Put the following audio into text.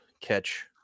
catch